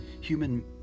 Human